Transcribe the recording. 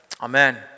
Amen